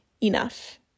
enough